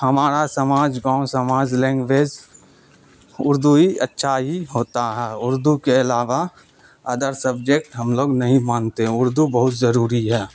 ہمارا سماج گاؤں سماج لینگویج اردو ہی اچھا ہی ہوتا ہے اردو کے علاوہ ادر سبجیکٹ ہم لوگ نہیں مانتے اردو بہت ضروری ہے